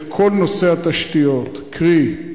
וזה כל נושא התשתיות, קרי,